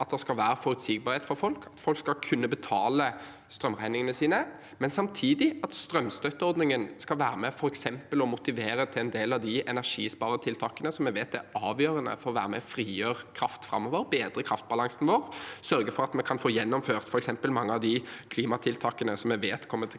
Det skal være forutsigbarhet for folk, man skal kunne betale strømregningene sine, men samtidig skal strømstøtteordningen være med og motivere til f.eks. en del av de energisparetiltakene som vi vet er avgjørende for å frigjøre kraft framover, bedre kraftbalansen vår og sørge for at vi kan få gjennomført mange av de klimatiltakene som vi vet kommer til